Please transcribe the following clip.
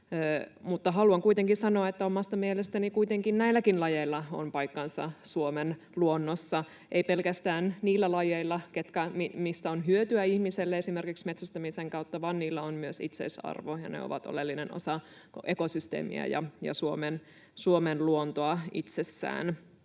haluan kuitenkin sanoa, että omasta mielestäni kuitenkin näilläkin lajeilla on paikkansa Suomen luonnossa, ei pelkästään niillä lajeilla, mistä on hyötyä ihmiselle esimerkiksi metsästämisen kautta, vaan lajeilla on myös itseisarvo, ja ne ovat oleellinen osa ekosysteemiä ja Suomen luontoa itsessään.